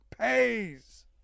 pays